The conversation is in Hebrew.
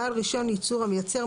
אם הוועדה יכולה לקבוע פטור מאגרות,